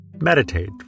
Meditate